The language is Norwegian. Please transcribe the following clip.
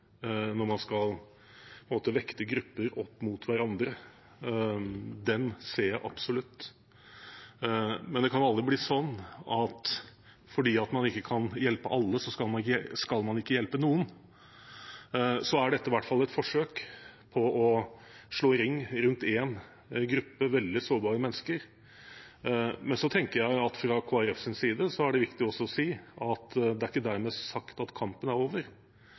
skal vekte grupper opp hverandre. Det ser jeg absolutt. Men det kan aldri bli sånn at fordi man ikke kan hjelpe alle, skal man ikke hjelpe noen. Dette er i hvert fall et forsøk på å slå ring rundt én gruppe veldig sårbare mennesker. Så tenker jeg at det fra Kristelig Folkepartis side er viktig å si at det er ikke dermed sagt at kampen er over.